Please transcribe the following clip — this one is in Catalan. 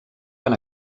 van